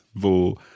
Wo